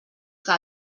que